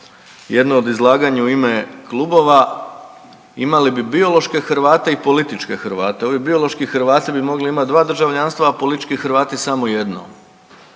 jednom u izlaganja u ime klubova imali bi biološke Hrvate i političke Hrvate, ovi biološki Hrvati bi mogli imati dva državljanstva, a politički Hrvati samo jedno.